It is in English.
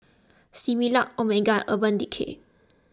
Similac Omega and Urban Decay